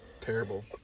terrible